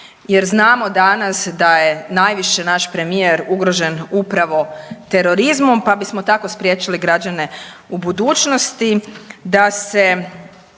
jer znamo danas da je najviše naš premijer ugrožen upravo terorizmom pa bismo tako spriječili građane u budućnosti da se